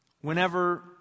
whenever